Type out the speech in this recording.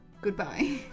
Goodbye